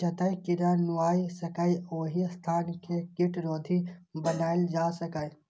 जतय कीड़ा नुकाय सकैए, ओहि स्थान कें कीटरोधी बनाएल जा सकैए